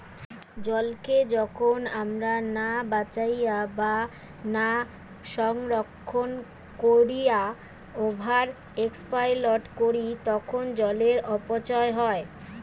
জলকে যখন আমরা না বাঁচাইয়া বা না সংরক্ষণ কোরিয়া ওভার এক্সপ্লইট করি তখন জলের অপচয় হয়